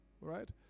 right